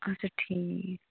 اچھا ٹھیٖک